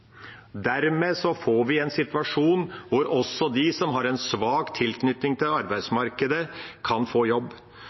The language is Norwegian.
Dermed får vi en situasjon hvor også de som har en svak tilknytning til arbeidsmarkedet, kan få jobb.